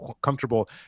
comfortable